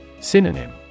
Synonym